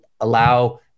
allow